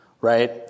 right